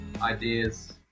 ideas